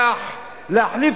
להחליף